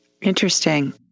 interesting